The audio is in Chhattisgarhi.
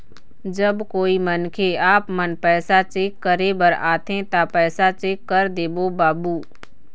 जब कोई मनखे आपमन पैसा चेक करे बर आथे ता पैसा चेक कर देबो बाबू?